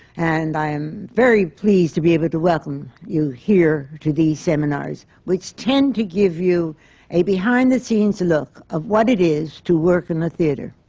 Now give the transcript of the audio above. and i am very pleased to be able to welcome you here to these seminars, which tend to give you a behind the scenes look of what it is to work in the theatre.